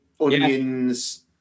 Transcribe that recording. onions